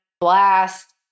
blast